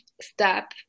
step